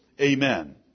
Amen